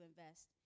invest